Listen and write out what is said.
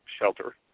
shelter